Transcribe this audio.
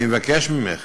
אני מבקש ממך